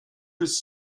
was